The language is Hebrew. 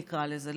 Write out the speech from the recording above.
נקרא לזה,